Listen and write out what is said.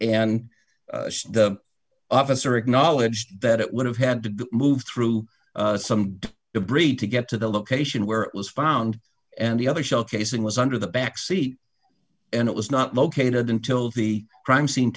and the officer acknowledged that it would have had to move through some debris to get to the location where it was found and the other shell casing was under the back seat and it was not located until the crime scene